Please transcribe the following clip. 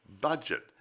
budget